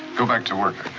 go back to work,